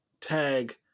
tag